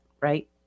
right